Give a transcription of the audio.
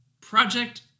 Project